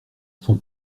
son